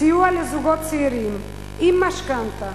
סיוע לזוגות צעירים עם המשכנתה,